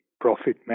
profit